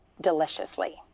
deliciously